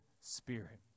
spirit